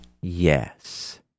Yes